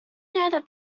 know